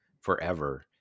forever